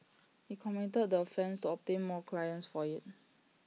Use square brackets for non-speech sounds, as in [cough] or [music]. he committed [noise] the offences to obtain more clients for IT